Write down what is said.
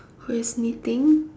who is knitting